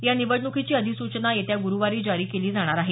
या निवडणुकीची अधिसूचना येत्या गुरुवारी जारी केली जाणार आहे